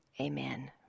Amen